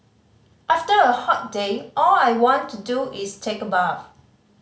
after a hot day all I want to do is take a bath